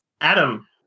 Adam